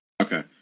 Okay